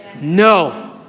no